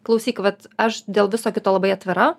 klausyk vat aš dėl viso kito labai atvira